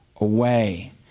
away